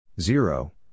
Zero